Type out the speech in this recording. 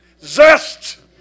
zest